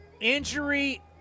Injury